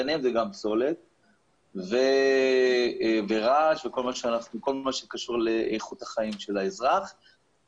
ביניהם זה גם פסולת ורעש וכל מה שקשור לאיכות החיים של האזרח בערים,